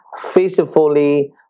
faithfully